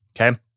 okay